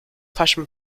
passion